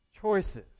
choices